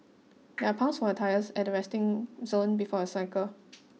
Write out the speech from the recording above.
there are pumps for your tyres at the resting zone before you cycle